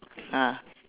ah